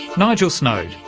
nigel snoad,